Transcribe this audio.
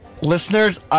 Listeners